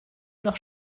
nach